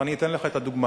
ואני אתן לך את הדוגמה,